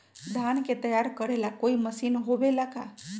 धान के तैयार करेला कोई मशीन होबेला का?